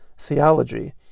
theology